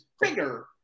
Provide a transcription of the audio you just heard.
bigger